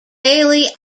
daily